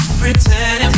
pretending